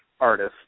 artist